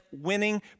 winning